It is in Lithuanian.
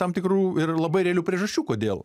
tam tikrų ir labai realių priežasčių kodėl